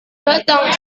datang